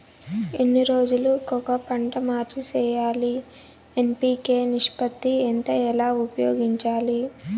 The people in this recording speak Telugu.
ఎన్ని రోజులు కొక పంట మార్చి సేయాలి ఎన్.పి.కె నిష్పత్తి ఎంత ఎలా ఉపయోగించాలి?